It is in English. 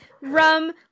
rum